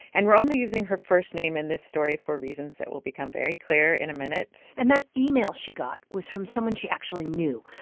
and we're only using her first name in this story for reasons that will become very clear in a minute and that email she got was from someone she actually knew,